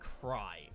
cry